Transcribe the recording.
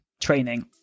training